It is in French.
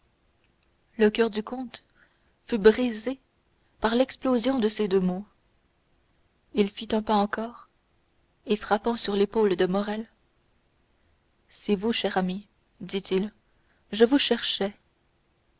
le coeur du comte fut brisé par l'explosion de ces deux mots il fit un pas encore et frappant sur l'épaule de morrel c'est vous cher ami dit-il je vous cherchais